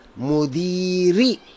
mudiri